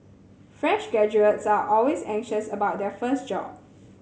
fresh graduates are always anxious about their first job